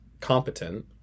competent